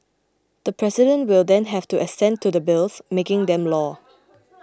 the President will then have to assent to the bills making them law